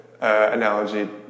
analogy